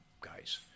guys